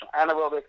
anaerobic